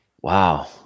Wow